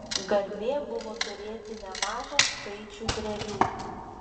garbė buvo turėti nemažą skaičių drevių